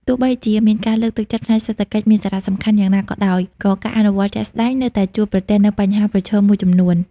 ទោះបីជាការលើកទឹកចិត្តផ្នែកសេដ្ឋកិច្ចមានសារៈសំខាន់យ៉ាងណាក៏ដោយ ក៏ការអនុវត្តជាក់ស្តែងនៅតែជួបប្រទះនូវបញ្ហាប្រឈមមួយចំនួន។